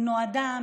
היא נועדה,